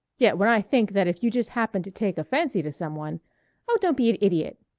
yet when i think that if you just happened to take a fancy to some one oh, don't be an idiot!